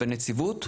בנציבות?